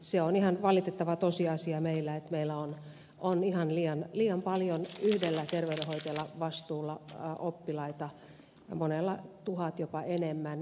se on ihan valitettava tosiasia että meillä on ihan liian paljon yhdellä terveydenhoitajalla vastuulla oppilaita monella tuhat jopa enemmän